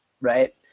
right